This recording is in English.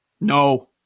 No